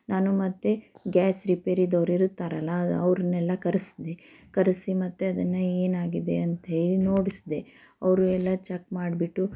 ನಾನು ಮತ್ತೆ ಗ್ಯಾಸ್ ರಿಪೇರಿದೌರಿರುತ್ತಾರಲ್ಲ ಅವ್ರನ್ನೆಲ್ಲ ಕರೆಸಿದೆ ಕರೆಸಿ ಮತ್ತೆ ಅದನ್ನು ಏನಾಗಿದೆ ಅಂತ ಹೇಳಿ ನೋಡಿಸಿದೆ ಅವರು ಎಲ್ಲ ಚೆಕ್ ಮಾಡಿಬಿಟ್ಟು